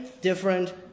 different